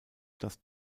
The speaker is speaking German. das